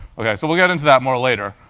ok? so we'll get into that more later,